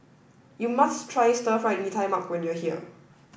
you must try stir fried Mee Tai Mak when you are here